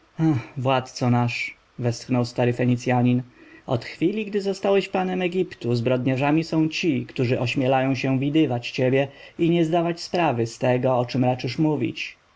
ach władco nasz westchnął stary fenicjanin od chwili gdy zostałeś panem egiptu zbrodniarzami są ci którzy ośmielają się widywać ciebie i nie zdawać sprawy z tego o czem raczysz mówić